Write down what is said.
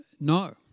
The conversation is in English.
no